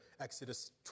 Exodus